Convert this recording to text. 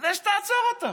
כדי שתעצור אותם.